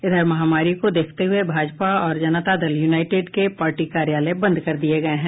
इधर महामारी को देखते हुए भाजपा और जनता दल यूनाईटेड के पार्टी कार्यालय बंद कर दिए गए हैं